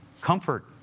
comfort